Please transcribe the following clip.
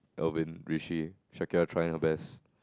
Alvin Richie Shakirah trying her best